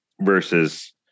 versus